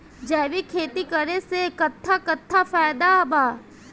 जैविक खेती करे से कट्ठा कट्ठा फायदा बा?